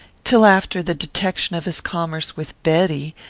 till after the detection of his commerce with betty,